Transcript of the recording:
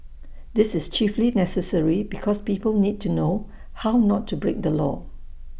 this is chiefly necessary because people need to know how not to break the law